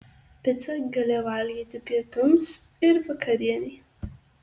picą gali valgyti pietums ir vakarienei